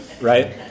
right